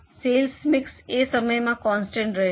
cells mix એ સમય માં કોન્સ્ટન્ટ રહેશે